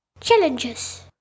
Challenges